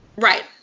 Right